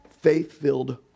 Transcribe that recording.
faith-filled